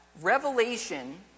Revelation